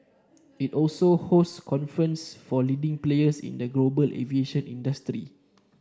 it also host conference for leading players in the global aviation industry